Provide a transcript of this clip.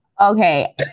okay